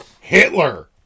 hitler